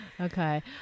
okay